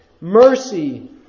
mercy